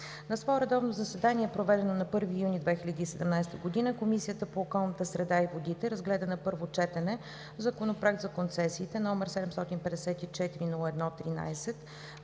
На свое редовно заседание, проведено на 1 юни 2017 г., Комисията по околната среда и водите разгледа на първо четене Законопроект за концесиите, № 754-01-13,